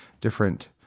different